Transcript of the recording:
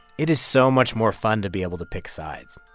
it is so much more fun to be able to pick sides.